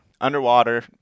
underwater